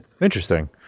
interesting